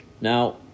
Now